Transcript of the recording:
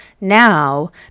now